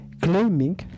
claiming